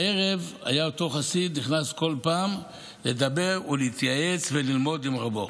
בערב היה אותו חסיד נכנס בכל פעם לדבר ולהתייעץ וללמוד עם רבו.